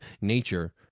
Nature